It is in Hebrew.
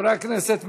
חברי הכנסת ממרצ,